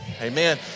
amen